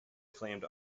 acclaimed